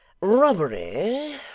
Robbery